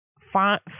find